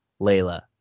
Layla